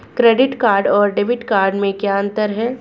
Credit card और debit card में क्या अंतर है?